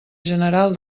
general